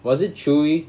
was it chewy